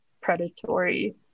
predatory